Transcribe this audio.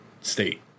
state